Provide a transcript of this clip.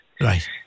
Right